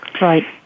Right